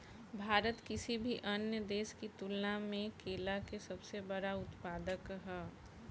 भारत किसी भी अन्य देश की तुलना में केला के सबसे बड़ा उत्पादक ह